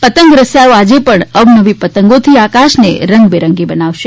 પતંગ રસીયાઓ આજે પણ અવનવી પતંગોથી આકાશને રંગ બે રંગી બનાવશે